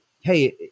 hey